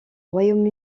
royaume